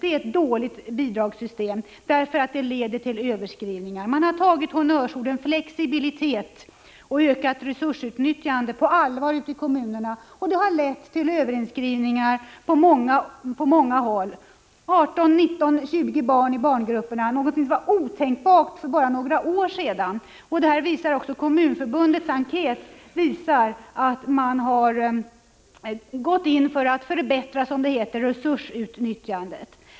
Det är ett dåligt bidragssystem, för det leder till överinskrivningar. Man har tagit honnörsorden flexibilitet och ökat resursutnyttjande på allvar ute i kommunerna, och det har lett till överinskrivningar på många håll. 18-20 barn tas in i grupperna, 37 någonting som var otänkbart för bara några år sedan. Kommunförbundets enkät visar också att man har gått in för att förbättra resursutnyttjandet.